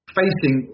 facing